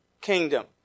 kingdom